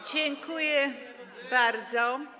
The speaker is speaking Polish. Dziękuję bardzo.